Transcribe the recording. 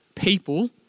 People